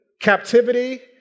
captivity